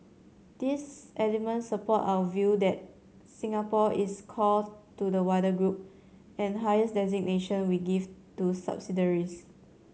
these elements support our view that Singapore is core to the wider group the highest designation we give to subsidiaries